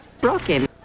Broken